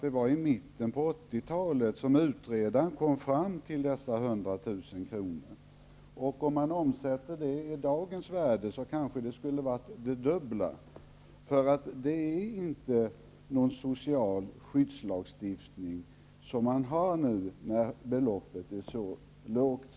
Det var i mitten av 80-talet som den dåvarande utredaren kom fram till detta belopp. Men omsatt i dagens penningvärde skulle kanske det dubbla beloppet ha behövts. Det är inte fråga om någon social skyddslagstiftning, som man här kan höra, när det gäller det låga beloppet.